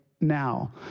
now